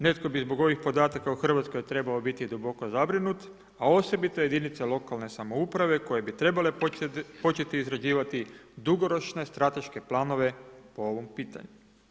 Netko bi zbog ovih podataka u Hrvatskoj trebao biti duboko zabrinut, a osobito jedinica lokalne samouprave koje bi trebale početi izrađivati dugoročne strateške planove po ovom pitanju.